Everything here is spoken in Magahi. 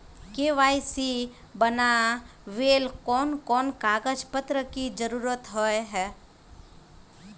के.वाई.सी बनावेल कोन कोन कागज पत्र की जरूरत होय है?